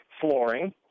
flooring